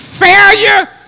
Failure